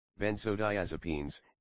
Benzodiazepines